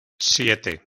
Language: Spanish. siete